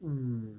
mm